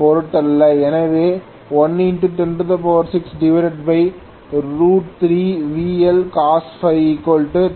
பொருட்டல்ல எனவே11063VLcos 10003110